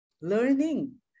learning